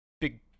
big